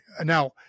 now